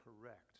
correct